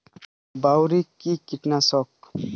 বায়োলিন কি কীটনাশক?